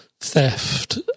theft